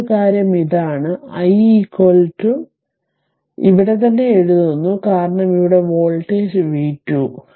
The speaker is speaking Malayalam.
മറ്റൊരു കാര്യം ഇതാണ് i ഇവിടെത്തന്നെ എഴുതുന്നു കാരണം ഇവിടെ വോൾട്ടേജ് v 2